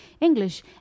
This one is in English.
English